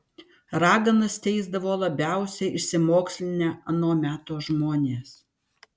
raganas teisdavo labiausiai išsimokslinę ano meto žmonės